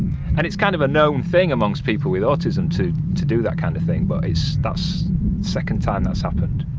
and it's kind of a known thing amongst people with autism to to do that kind of thing but it's the second time that's happened.